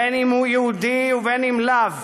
בין אם הוא יהודי ובין אם לאו.